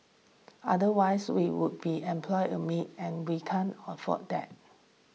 otherwise we would be employ a maid and we can afford that